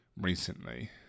recently